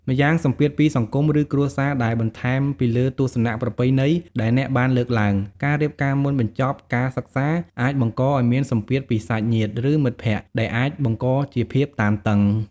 ម្យ៉ាងសម្ពាធពីសង្គម ឬ គ្រួសារដែល បន្ថែមពីលើទស្សនៈប្រពៃណីដែលអ្នកបានលើកឡើង ការរៀបការមុនបញ្ចប់ការសិក្សាអាចបង្កឱ្យមានសម្ពាធពីសាច់ញាតិ ឬមិត្តភក្តិ ដែលអាចបង្កជាភាពតានតឹង។